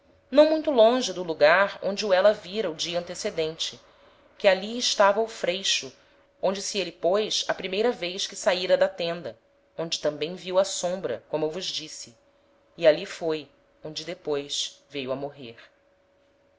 não muito longe do lugar onde o éla vira o dia antecedente que ali estava o freixo onde se ele pôs a primeira vez que saira da tenda onde tambem viu a sombra como vos disse e ali foi onde depois veio a morrer